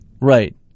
Right